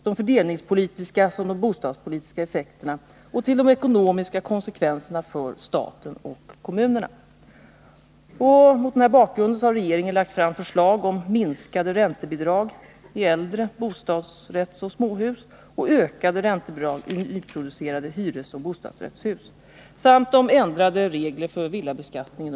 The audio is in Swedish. Vidare anfördes bl.a. att regeringen anser att subventioneringen av boendet måste minska. Den enskilde kommer då att få betala en större del av bostadskostnaderna direkt utan omvägen över skattsedeln.